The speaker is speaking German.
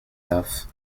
darf